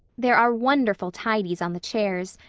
there are wonderful tidies on the chairs,